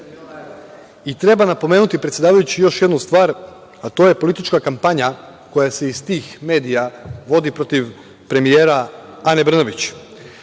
napomenuti, predsedavajući, još jednu stvar, a to je politička kampanja koja se iz tih medija vodi protiv premijera Ane Brnabić.